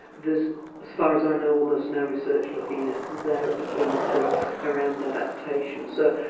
there's, so far as i know, almost no research looking at their ability around adaptation. so,